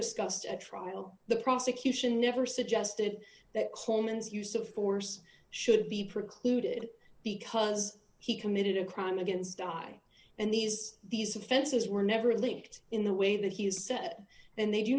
discussed at trial the prosecution never suggested that coleman's use of force should be precluded because he committed a crime against guy and these these offenses were never linked in the way that he is set and they do